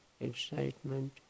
excitement